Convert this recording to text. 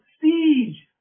siege